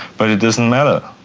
but it doesn't matter,